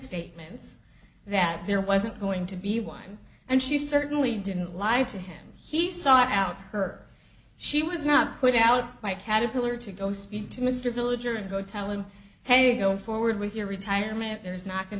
statements that there wasn't going to be one and she certainly didn't lie to him he sought out her she was not put out by caterpillar to go speak to mr villager and go tell him hey go forward with your retirement there's not going